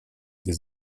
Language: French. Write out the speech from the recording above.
des